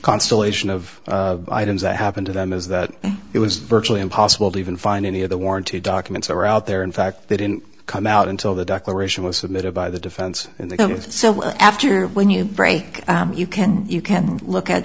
constellation of items that happened to them is that it was virtually impossible to even find any of the warranty documents that were out there in fact they didn't come out until the declaration was submitted by the defense so after when you break you can you can look at